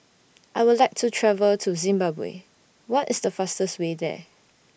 I Would like to travel to Zimbabwe What IS The fastest Way There